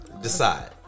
decide